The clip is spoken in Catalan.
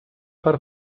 per